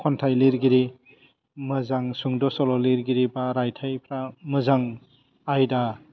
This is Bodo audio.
खन्थाइ लिरगिरि मोजां सुंद' सल' लिरगिरि बा रायथाइफ्रा मोजां आयदा